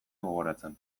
gogoratzen